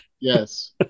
Yes